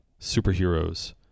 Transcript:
superheroes